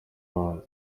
abanza